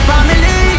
Family